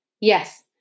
Yes